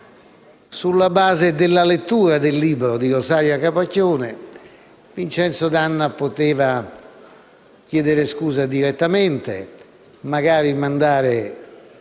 Sulla base della lettura del libro di Rosaria Capacchione, Vincenzo D'Anna avrebbe potuto chiedere scusa direttamente e, magari, mandare